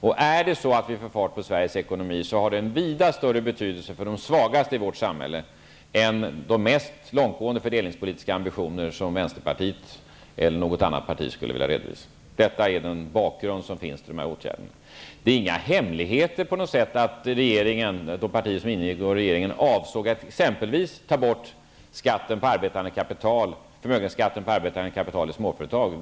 Om vi får fart på Sveriges ekonomi får det vida större betydelse för de svagaste i vårt samhälle än de mest långtgående fördelningspolitiska ambitioner som vänsterpartiet eller något annat parti skulle vilja redovisa. Detta är bakgrunden till åtgärderna. Det är ingen hemlighet att de partier som ingår i regeringen avsåg att exempelvis ta bort förmögenhetsskatten på arbetande kapital i småföretag.